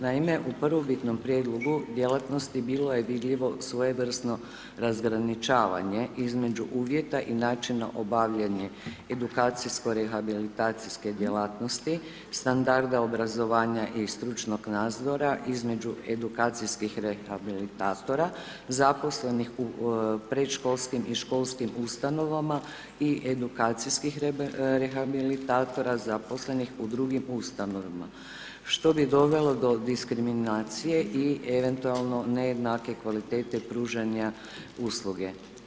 Naime, u prvobitnom prijedlogu djelatnosti bilo je vidljivo svojevrsno razgraničavanje između uvjeta i načina obavljanja edukacijsko rehabilitacijske djelatnosti, standarda obrazovanja i stručnog nadzora između edukacijskih rehabilitatora, zaposlenih u predškolskim i školskim ustanovama i edukacijskih rehabilitatora zaposlenih u drugim ustanovama što bi dovelo do diskriminacije i eventualno nejednake kvalitete pružanja usluge.